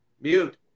mute